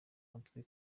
mutwe